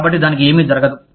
కాబట్టి దానికి ఏమీ జరగదు